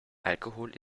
alkohol